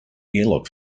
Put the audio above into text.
airlock